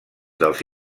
dels